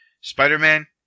Spider-Man